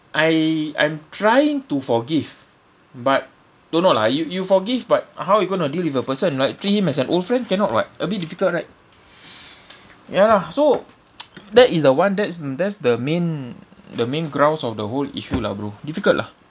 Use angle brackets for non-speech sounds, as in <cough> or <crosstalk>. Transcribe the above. I am trying to forgive but don't know lah you you forgive but how you going to deal with the person like treat him as an old friend cannot [what] a bit difficult right <noise> ya lah so <noise> that is the one that's that's the main the main grounds of the whole issue lah bro difficult lah